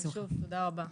ושוב, תודה רבה.